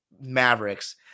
Mavericks